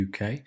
UK